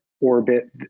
orbit